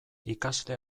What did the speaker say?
ikasle